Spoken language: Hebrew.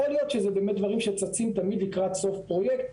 יכול להיות שזה באמת דברים שצצים תמיד לקראת סוף פרוייקט.